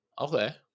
okay